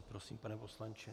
Prosím, pane poslanče.